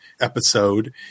episode